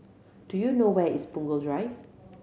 do you know where is Punggol Drive